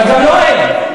אבל גם לו אין.